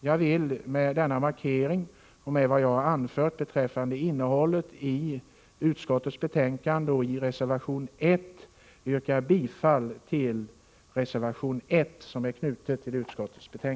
Jag vill med denna markering, och med vad jag har anfört beträffande innehållet i utskottets betänkande och reservation 1, yrka bifall till denna reservation.